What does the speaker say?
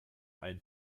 einen